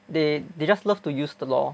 they they just love to use the law